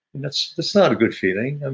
and that's that's not a good feeling. and